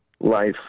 life